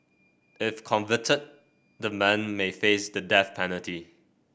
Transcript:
if convicted the men may face the death penalty